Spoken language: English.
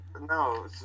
no